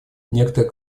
некоторые